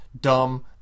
dumb